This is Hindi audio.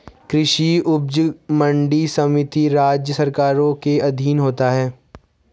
कृषि उपज मंडी समिति राज्य सरकारों के अधीन होता है